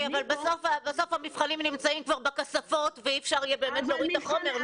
אבל בסוף המבחנים נמצאים כבר בכספות ואי אפשר יהיה להוריד את החומר.